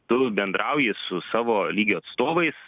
tu bendrauji su savo lygio atstovais